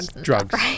drugs